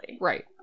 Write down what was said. Right